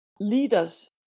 leaders